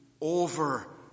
over